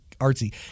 artsy